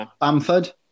Bamford